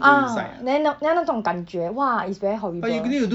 ah then 那你知道那种感觉 !wah! it's very horrible